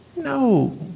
No